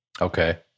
Okay